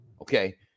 okay